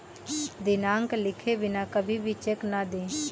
दिनांक लिखे बिना कभी भी चेक न दें